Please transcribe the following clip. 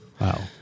Wow